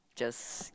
just